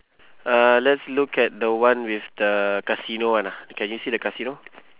uh let's look at the one with the casino [one] lah can you see the casino